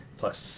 plus